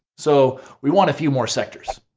so we want a few more sectors.